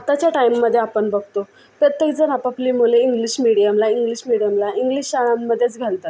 आताच्या टाइममध्ये आपण बघतो प्रत्येकजण आपापले मुले इंग्लिश मीडियमला इंग्लिश मीडियमला इंग्लिश शाळांमध्येच घालतात